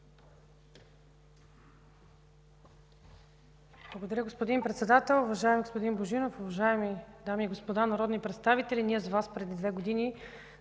Благодаря, господин Председател. Уважаеми господин Божинов, уважаеми дами и господа народни представители, с Вас преди две години